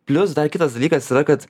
plius dar kitas dalykas yra kad